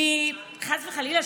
חס וחלילה,